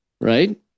right